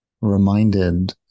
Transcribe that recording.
reminded